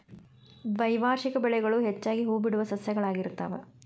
ದ್ವೈವಾರ್ಷಿಕ ಬೆಳೆಗಳು ಹೆಚ್ಚಾಗಿ ಹೂಬಿಡುವ ಸಸ್ಯಗಳಾಗಿರ್ತಾವ